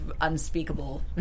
unspeakable